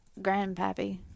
Grandpappy